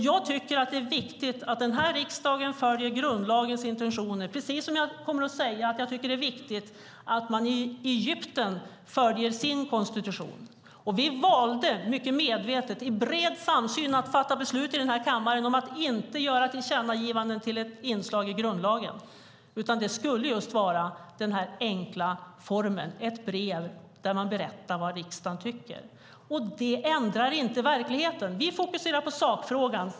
Jag tycker att det är viktigt att riksdagen följer grundlagens intentioner, precis som jag kommer att säga att jag tycker att det är viktigt att man i Egypten följer sin konstitution. Vi valde mycket medvetet i bred samsyn att fatta beslut i den här kammaren om att inte göra tillkännagivanden till ett inslag i grundlagen, utan det skulle just vara den enkla formen: ett brev där man berättar vad riksdagen tycker. Det ändrar inte verkligheten. Vi fokuserar på sakfrågan.